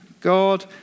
God